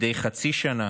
מדי חצי שנה,